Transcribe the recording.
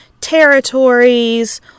territories